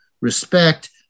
respect